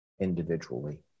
individually